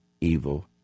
evil